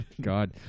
God